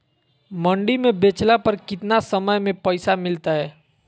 मंडी में बेचला पर कितना समय में पैसा मिलतैय?